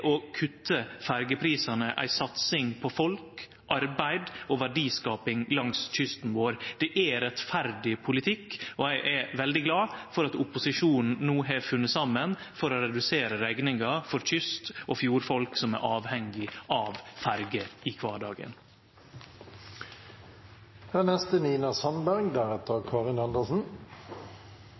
å kutte ferjeprisane ei satsing på folk, arbeid og verdiskaping langs kysten vår. Det er rettferdig politikk, og eg er veldig glad for at opposisjonen no har funne saman for å redusere rekninga for kyst- og fjordfolk som er avhengige av ferjer i kvardagen.